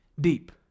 deep